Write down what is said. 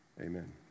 Amen